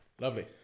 Lovely